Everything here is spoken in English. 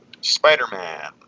Spider-Man